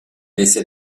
essaie